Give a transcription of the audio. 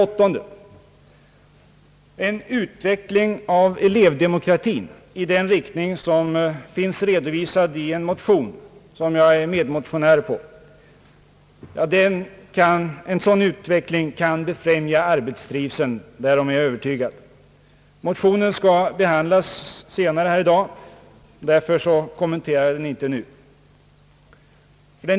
8) En utveckling av elevdemokratin i den riktning som finns redovisad i en motion, som jag är medmotionär på, kan befrämja arbetstrivseln. Motionen skall behandlas senare i dag, varför jag inte kommenterar den närmare nu.